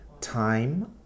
time